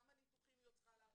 כמה ניתוחים היא עוד צריכה לעבור.